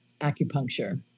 acupuncture